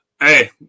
Hey